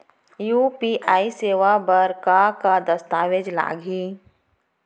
UPI सेवा बर का का दस्तावेज लागही?